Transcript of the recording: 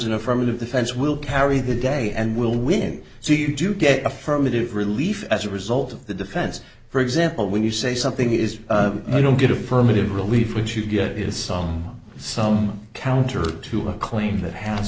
an affirmative defense will carry the day and will win so you do get affirmative relief as a result of the defense for example when you say something is i don't get affirmative relief which you get is song some counter to a claim that has